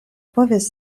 povis